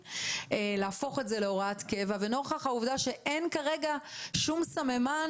להפוך את זה להוראת קבע ונוכח העובדה שאין כרגע שום סממן